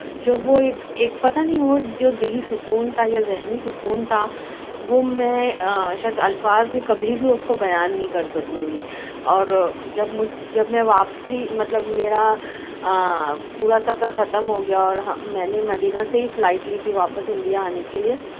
جو وہ ایک ایک پتا نہیں وہ جو دلی سکون تھا یا ذہنی سکون تھا وہ میں شاید الفاظ میں کبھی بھی اس کو بیان نہیں کر سکوں گی اور جب میں واپسی مطلب میرا پورا سفر ختم ہو گیا اور میں نے مدینہ سے ہی فلائٹ لی تھی واپس انڈیا آنے کے لیے